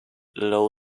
low